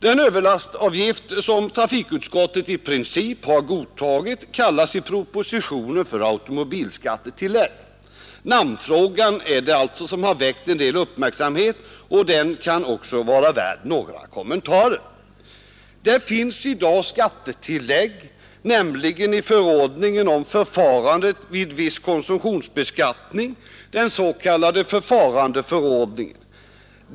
Den överlastavgift som trafikutskottet i princip har godtagit kallas i propositionen för automobilskattetillägg. Namnfrågan är det alltså som väckt en del uppmärksamhet, och den kan också vara värd några kommentarer. Det finns i dag skattetillägg, nämligen i förordningen om förfarandet vid viss konsumtionsbeskattning, den s.k. förfarandeförordningen.